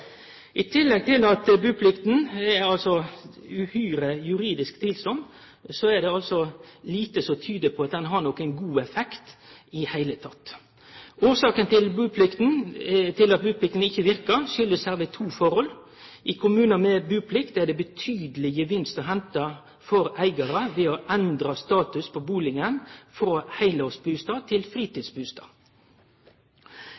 I tillegg til at buplikta er juridisk uhyre tvilsam, er det lite som tyder på at ho har nokon god effekt i det heile. At buplikta ikkje verkar, kjem særleg av to forhold: I kommunar med buplikt er det ein betydeleg gevinst å hente for eigarar ved å endre statusen på bustaden frå heilårsbustad til